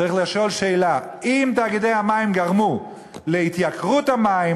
צריך לשאול שאלה: אם תאגידי המים גרמו להתייקרות המים,